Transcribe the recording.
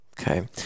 Okay